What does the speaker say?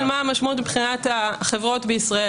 זו שאלה של מה המשמעות מבחינת החברות בישראל,